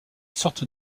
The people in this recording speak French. sorte